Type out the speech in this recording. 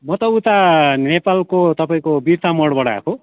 म त ऊ ता नेपालको तपाईँको बिर्तामोडबाट आएको